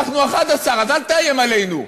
נא לסיים.